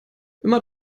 immer